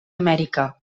amèrica